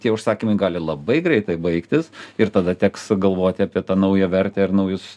tie užsakymai gali labai greitai baigtis ir tada teks galvoti apie tą naują vertę ir naujus